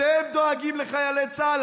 אתם דואגים לחיילי צה"ל?